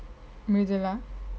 miruthula